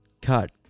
cut